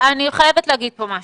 אני חייבת להגיד פה משהו.